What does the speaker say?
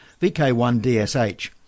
VK1DSH